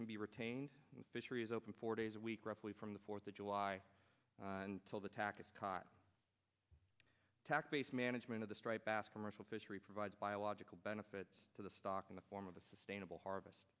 can be retained in fisheries open four days a week roughly from the fourth of july until the tack is caught tack based management of the striped bass commercial fishery provides biological benefits to the stock in the form of a sustainable harvest